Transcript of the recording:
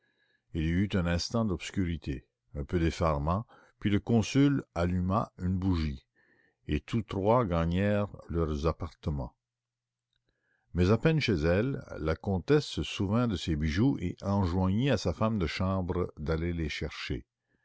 il y eut un instant d'obscurité un peu d'effarement puis le consul alluma une bougie et tous trois gagnèrent leurs appartements mais à peine chez elle la comtesse se souvint de ses bijoux et enjoignit à sa femme de chambre d'aller les chercher